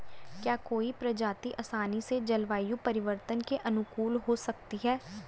क्या कोई प्रजाति आसानी से जलवायु परिवर्तन के अनुकूल हो सकती है?